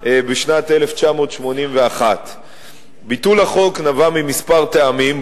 בשנת 1981. ביטול החוק נבע מכמה טעמים,